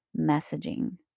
messaging